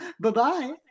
bye-bye